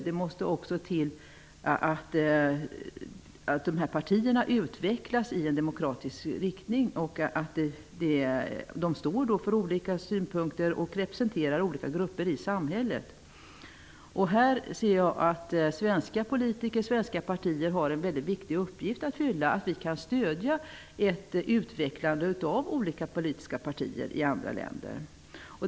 Det måste också till att de här partierna utvecklas i demokratisk riktning och att de står för olika synpunkter och representerar olika grupper i samhället. Här ser jag att svenska partier har en mycket viktig uppgift att fylla. Vi kan stödja ett utvecklande av olika politiska partier i andra länder.